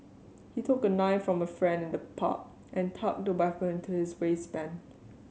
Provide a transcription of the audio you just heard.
he took a knife from a friend in the pub and tucked the weapon into his waistband